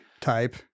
type